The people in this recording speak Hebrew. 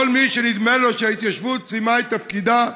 כל מי שנדמה לו שההתיישבות סיימה את תפקידה,